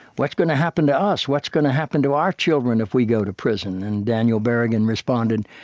what's going to happen to us? what's going to happen to our children if we go to prison? and daniel berrigan responded,